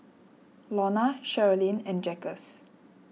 Lona Sherilyn and Jaquez